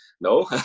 No